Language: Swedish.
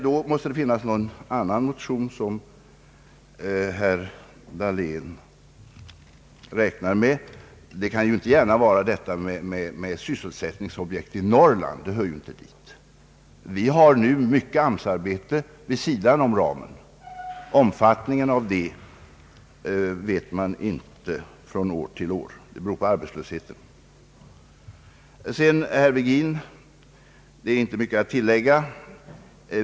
Då mäste det finnas någon annan motion som herr Dahlén räknar med. Det kan ju inte gärna gälla sysselsättningsobjekt i Norrland — det hör inte dit. Vi har nu mycket AMS-arbete vid sidan om ramen. Omfattningen av detta arbete känner man inte till från år till år, den beror på arbetslösheten. Beträffande herr Virgins anförande är det inte mycket att tillägga.